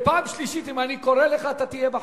זו פעם שלישית, ואם אני קורא לך, אתה תהיה בחוץ.